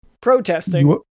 protesting